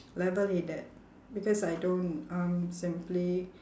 level headed because I don't um simply